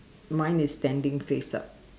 mine is standing face up